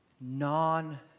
non